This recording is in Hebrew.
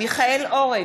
מיכאל אורן,